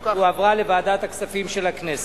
והועברה לוועדת הכספים של הכנסת.